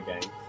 game